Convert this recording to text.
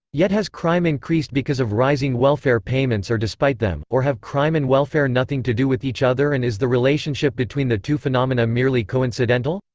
yet has crime increased because of rising welfare payments or despite them, or have crime and welfare nothing to do with each other and is the relationship between the two phenomena merely coincidental?